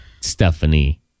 Stephanie